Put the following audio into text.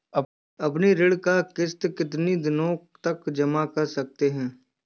अपनी ऋण का किश्त कितनी दिनों तक जमा कर सकते हैं?